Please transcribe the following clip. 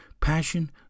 passion